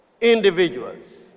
individuals